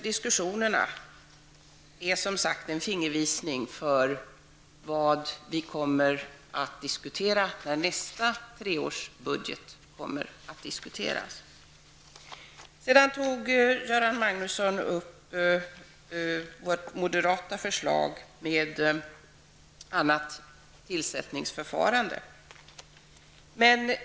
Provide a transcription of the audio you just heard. Diskussionerna ger en fingervisning för vad vi kommer att tala om när nästa treårsbudget skall diskuteras. Göran Magnusson tog vidare upp det moderata förslaget om ett annat tillsättningsförfarande.